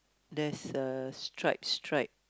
there's a stripe stripe